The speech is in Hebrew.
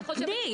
תתני.